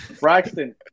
Braxton